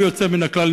בלי יוצא מן הכלל,